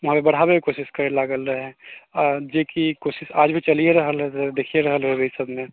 वहाँपर बढ़ाबैके कोशिश करै लागलै रहै आओर जेकि कोशिश आज भी चलिए रहल देखिए रहल हेबै सबमे